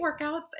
workouts